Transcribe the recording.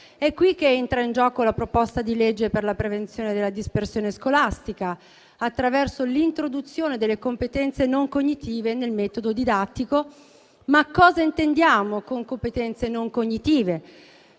È qui che entra in gioco la proposta di legge per la prevenzione della dispersione scolastica, attraverso l'introduzione delle competenze non cognitive nel metodo didattico. Cosa intendiamo con competenze non cognitive?